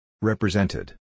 Represented